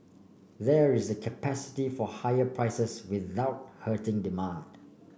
there is the capacity for higher prices without hurting demand